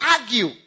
argue